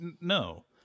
no